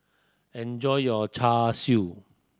enjoy your Char Siu